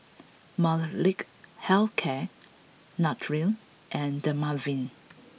Molnylcke health care Nutren and Dermaveen